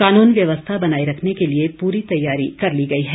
कानून व्यवस्था बनाए रखने के लिए पूरी तैयारी कर ली गई है